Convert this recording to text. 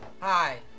Hi